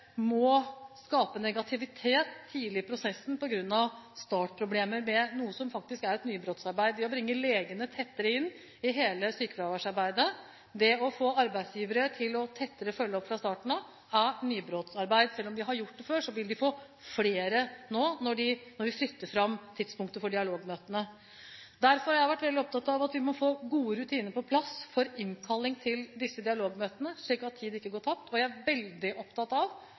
må skape negativitet tidlig i prosessen på grunn av startproblemer ved noe som faktisk er et nybrottsarbeid: Det å bringe legene tettere inn i hele sykefraværsarbeidet, og det å få arbeidsgivere til å følge tettere opp fra starten av er nybrottsarbeid. Selv om vi har gjort det før, vil de få flere nå når vi flytter fram tidspunktet for dialogmøtene. Derfor har jeg vært veldig opptatt av at vi må få gode rutiner på plass for innkalling til disse dialogmøtene, slik at tid ikke går tapt. Jeg er veldig opptatt av